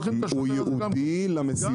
שולחים את השוטר הזה גם כן.